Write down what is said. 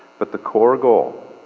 but the core goal,